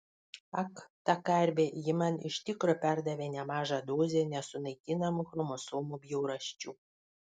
ak ta karvė ji man iš tikro perdavė nemažą dozę nesunaikinamų chromosomų bjaurasčių